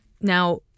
Now